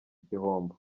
igihombo